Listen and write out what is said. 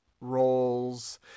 roles